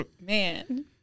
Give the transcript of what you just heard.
man